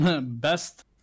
best